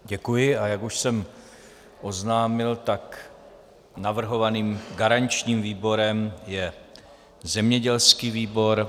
Děkuji, a jak už jsem oznámil, tak navrhovaným garančním výborem je zemědělský výbor.